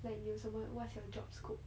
like 你有什么 what's your job scope